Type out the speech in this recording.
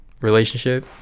relationship